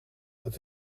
het